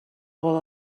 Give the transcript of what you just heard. vol